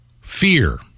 Fear